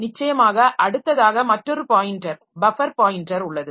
நிச்சயமாக அடுத்ததாக மற்றொரு பாயின்டர் பஃபர் பாயின்டர் உள்ளது